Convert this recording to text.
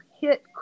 hit